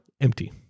Empty